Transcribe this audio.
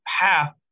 path